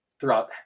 throughout